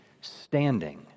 standing